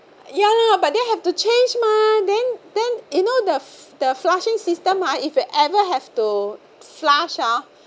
ya lah but then have to change mah then then you know the the flushing system ah if you ever have to flush ah